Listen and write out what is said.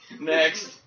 Next